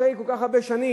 אחרי כל כך הרבה שנים,